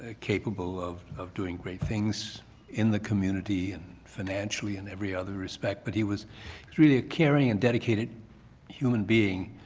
ah capable of of doing great things in the community and financially and every other respect, but he was really a caring and dedicated human being,